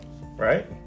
right